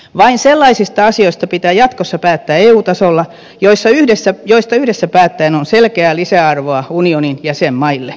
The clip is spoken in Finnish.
vain sellaisista asioista pitää jatkossa päättää eu tasolla joista yhdessä päättäen on selkeää lisäarvoa unionin jäsenmaille